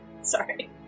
Sorry